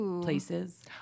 places